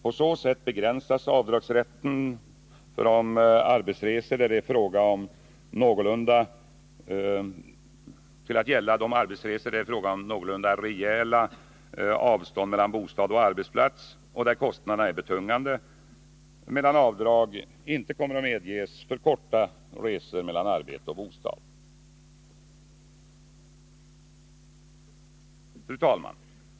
På så sätt begränsas avdragsrätten till att gälla de arbetsresor där det är fråga om någorlunda rejäla avstånd mellan bostad och arbetsplats och där kostnaderna är betungande, medan avdrag inte kommer att medges för korta resor mellan arbete och bostad. Fru talman!